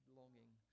longing